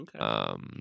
Okay